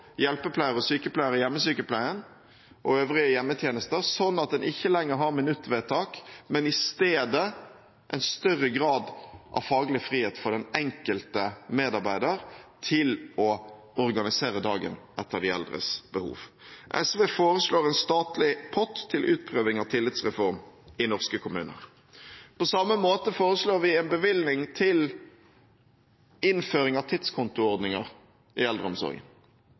hjelpepleiere og sykepleiere i hjemmesykepleien og øvrige hjemmetjenester på, slik at en ikke lenger har minuttvedtak, men i stedet en større grad av faglig frihet for den enkelte medarbeider til å organisere dagen etter de eldres behov. SV foreslår en statlig pott til utprøving av tillitsreform i norske kommuner. På samme måte foreslår vi en bevilgning til innføring av tidskontoordninger i eldreomsorgen.